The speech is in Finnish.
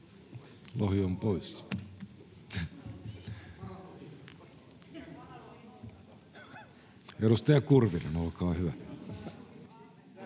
Lohi on poissa. — Edustaja Kurvinen, olkaa hyvä.